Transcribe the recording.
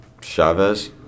Chavez